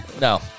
No